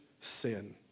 sin